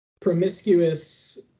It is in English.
Promiscuous